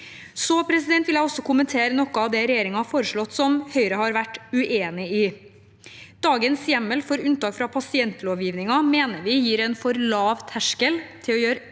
midlertidig. Jeg vil også kommentere noe av det regjeringen har foreslått som Høyre har vært uenig i. Dagens hjemmel for unntak fra pasientlovgivningen mener vi gir en for lav terskel til å gjøre unntak